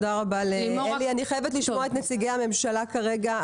אני חייבת לשמוע את נציגי הממשלה כרגע.